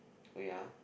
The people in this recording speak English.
wait ah